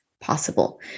possible